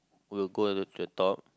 we'll go to the talk